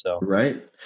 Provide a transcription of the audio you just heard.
Right